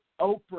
Oprah